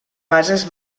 bases